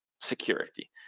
security